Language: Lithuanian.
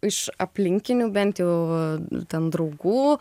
iš aplinkinių bent jau ten draugų